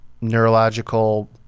neurological